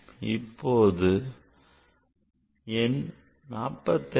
இப்போது எண் 45